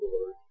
Lord